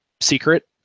secret